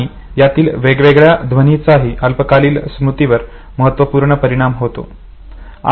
आणि यातील वेगवेगळ्या ध्वनीचाही अल्पकालीन स्मृतीवर महत्त्वपूर्ण परिणाम होतो